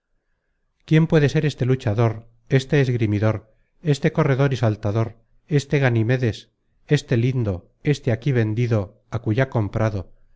quién puede ser este luchador este esgrimidor este corredor y saltador este ganimédes este lindo este aquí vendido acullá comprado